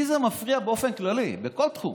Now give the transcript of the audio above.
לי זה מפריע באופן כללי בכל תחום.